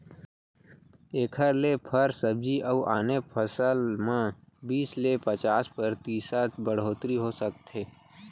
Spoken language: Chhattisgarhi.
एखर ले फर, सब्जी अउ आने फसल म बीस ले पचास परतिसत बड़होत्तरी हो सकथे